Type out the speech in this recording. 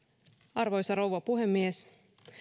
arvoisa rouva puhemies